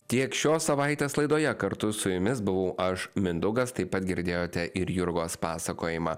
tiek šios savaitės laidoje kartu su jumis buvau aš mindaugas taip pat girdėjote ir jurgos pasakojimą